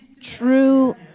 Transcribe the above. true